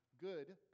good